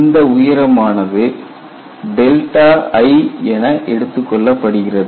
இந்த உயரமானது t என எடுத்துக் கொள்ளப்படுகிறது